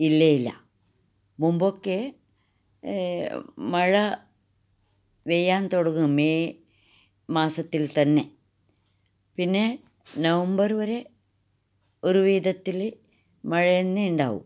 ഇല്ലേഇല്ല മുൻപൊക്കെ മഴ പെയ്യാൻ തുടങ്ങും മേ മാസത്തിൽ ത്തന്നെ പിന്നെ നവമ്പറ് വരെ ഒരു വിധത്തില് മഴ തന്നെ ഉണ്ടാവും